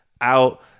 out